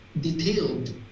detailed